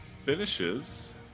finishes